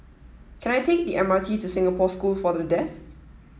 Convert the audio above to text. can I take the MRT to Singapore School for the Deaf